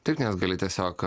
taip nes gali tiesiog